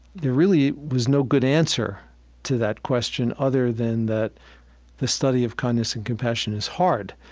there really was no good answer to that question other than that the study of kindness and compassion is hard.